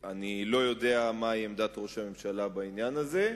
אני לא יודע מהי עמדת ראש הממשלה בעניין הזה.